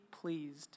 pleased